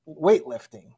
weightlifting